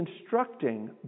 instructing